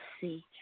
see